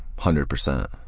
hundred percent,